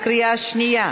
בקריאה שנייה.